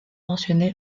mentionné